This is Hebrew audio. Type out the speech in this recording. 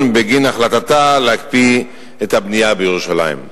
בממשלה בגין החלטתה להקפיא את הבנייה בירושלים.